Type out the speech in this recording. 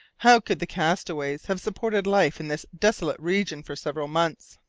how could the castaways have supported life in this desolate region for several months?